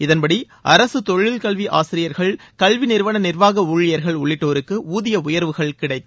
இதன்படி அரசு தொழில்கல்வி ஆசிரியர்கள் கல்வி நிறுவன நிர்வாக ஊழியர்கள் உள்ளிட்டோருக்கு ஊதிய உயர்வுகள் கிடைக்கும்